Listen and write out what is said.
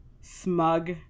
smug